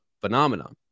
phenomenon